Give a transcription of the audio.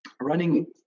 running